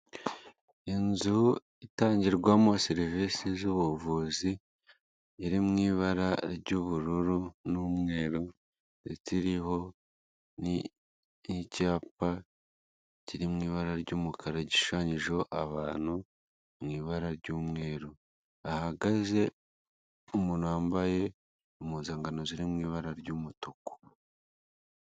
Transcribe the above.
Inzu itangirwamo serivisi z'ubuvuzi, iri mu ibara ry'ubururu n'umweru ndetse iriho n'icyapa kiri mu ibara ry'umukara gishushanyijeho abantu mu ibara ry'umweru, hahagaze umuntu wambaye impuzankanonziri mu ibara ry'umutuku.